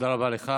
תודה רבה לך.